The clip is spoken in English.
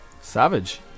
Savage